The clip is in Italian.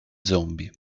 zombie